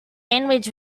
sandwich